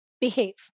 behave